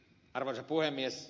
arvoisa puhemies